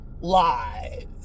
live